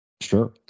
Sure